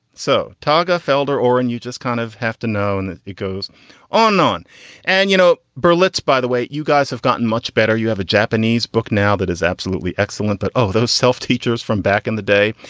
so tawergha felder or and you just kind of have to known it goes on and on and you know, berlitz by the way, you guys have gotten much better. you have a japanese book now that is absolutely excellent, but oh those self teachers from back in the day.